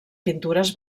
pintures